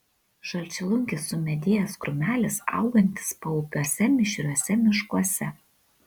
žalčialunkis sumedėjęs krūmelis augantis paupiuose mišriuose miškuose